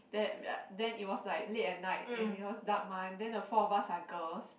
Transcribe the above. then then it was like late and night and because dark mah then four of us are girls